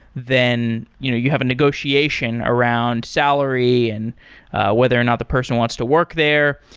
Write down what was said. then you you have a negotiation around salary and whether or not the person wants to work there.